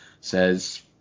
says